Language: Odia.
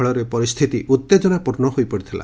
ଫଳରେ ପରିସ୍ଚିତି ଉତ୍ତେକନାପୂର୍ଶ୍ୱ ହୋଇପନିଥିଲା